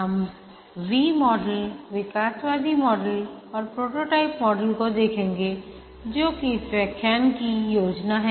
हम V model विकासवादी model और प्रोटोटाइप मॉडल को देखेंगे जो कि इस व्याख्यान की योजना है